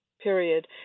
period